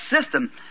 system